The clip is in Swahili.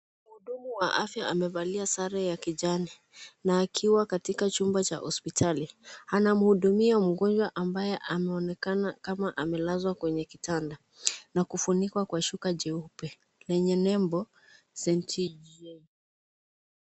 Mhudumu wa afya amevalia sare ya kijani na akiwa katika chumba cha hospitali anamhudumia mgonjwa ambaye ameonekana kama amelazwa kwenye kitanda na kufunikwa kwa shuka jeupe yenye nembo centige,,,,